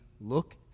look